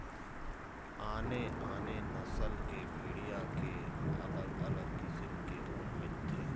आने आने नसल के भेड़िया के अलग अलग किसम के ऊन मिलथे